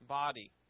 body